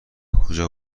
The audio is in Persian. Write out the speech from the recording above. کجا